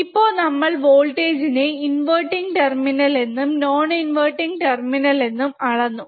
ഇപ്പോ നമ്മൾ വോൾടേജ് നെ ഇൻവെർട്ടിങ് ടെർമിനൽ എന്നും നോൺ ഇൻവെർട്ടിങ് ടെർമിനൽ എന്നും അളന്നു